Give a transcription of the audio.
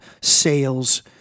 sales